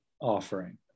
offering